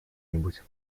нибудь